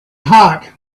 hot